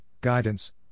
guidance